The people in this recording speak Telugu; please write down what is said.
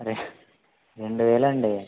రె రెండు వేలండి